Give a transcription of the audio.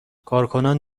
کارکنان